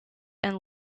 and